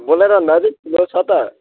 बोलेरभन्दा पनि ठुलो छ त